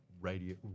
Radio